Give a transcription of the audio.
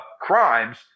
crimes